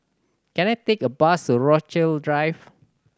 can I take a bus to Rochalie Drive